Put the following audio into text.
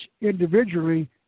individually